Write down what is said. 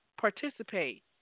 participate